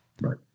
Right